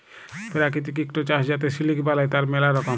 পেরাকিতিক ইকট চাস যাতে সিলিক বালাই, তার ম্যালা রকম